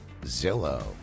Zillow